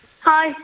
Hi